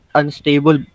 unstable